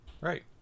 Right